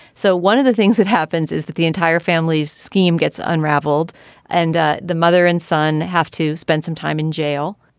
so one of the things that happens is that the entire families scheme gets unravelled and ah the mother and son have to spend some time in jail.